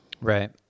Right